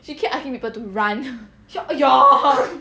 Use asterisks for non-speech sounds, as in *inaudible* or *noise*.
she keep asking people to run *laughs*